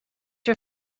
your